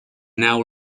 now